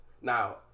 Now